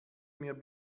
mir